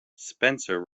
spencer